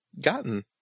gotten